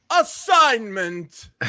assignment